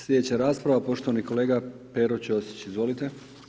Slijedeća rasprava poštovani kolega Pero Ćosić, izvolite.